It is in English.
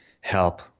help